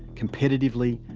competitively,